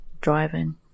driving